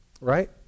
right